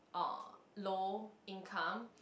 uh low income